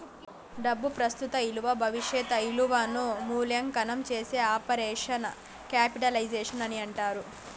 డబ్బు ప్రస్తుత ఇలువ భవిష్యత్ ఇలువను మూల్యాంకనం చేసే ఆపరేషన్ క్యాపిటలైజేషన్ అని అంటారు